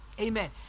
amen